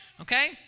okay